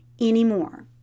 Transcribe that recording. anymore